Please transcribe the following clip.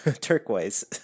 turquoise